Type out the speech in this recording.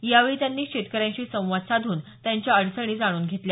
यावेळी त्यांनी शेतकऱ्यांशी संवाद साधून त्यांच्या अडचणी जाणून घेतल्या